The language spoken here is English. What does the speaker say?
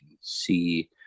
see